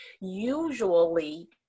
usually